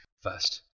first